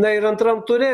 na ir antram ture